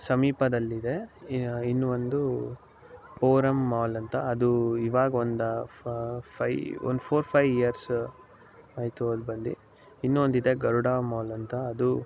ಸಮೀಪದಲ್ಲಿದೆ ಇನ್ನು ಒಂದು ಪೋರಮ್ ಮಾಲ್ ಅಂತ ಅದೂ ಈವಾಗ ಒಂದು ಫೈ ಒಂದು ಫೋರ್ ಫೈ ಇಯರ್ಸ್ ಆಯಿತು ಅದು ಬಂದು ಇನ್ನೊಂದಿದೆ ಗರುಡ ಮಾಲ್ ಅಂತ ಅದು